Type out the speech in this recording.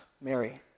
Mary